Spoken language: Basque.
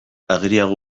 ageriago